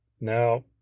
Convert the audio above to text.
Now